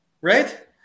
right